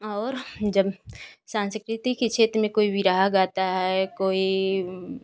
और जब संस्कृति के क्षेत्र में कोई भी राग आता है कोई